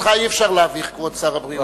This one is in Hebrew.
אותך אי-אפשר להביך, כבוד שר הבריאות.